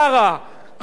ראינו את הדגלים,